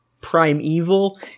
primeval